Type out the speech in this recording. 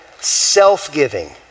self-giving